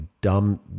dumb